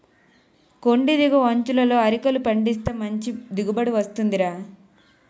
కొండి దిగువ అంచులలో అరికలు పండిస్తే మంచి దిగుబడి వస్తుందిరా